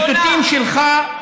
בציטוטים שלך.